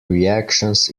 reactions